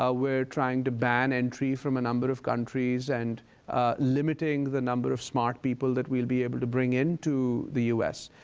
ah we're trying to ban entry from a number of countries and limiting the number of smart people that we'll be able to bring into the us.